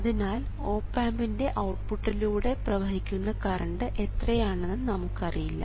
അതിനാൽ ഓപ് ആമ്പിൻറെ ഔട്ട്പുട്ടിലൂടെ പ്രവഹിക്കുന്ന കറണ്ട് എത്രയാണെന്ന് നമുക്കറിയില്ല